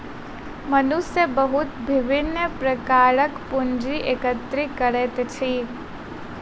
मनुष्य बहुत विभिन्न प्रकारक पूंजी एकत्रित करैत अछि